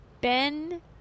Ben